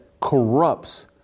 corrupts